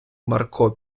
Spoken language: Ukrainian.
марко